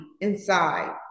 inside